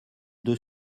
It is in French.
deux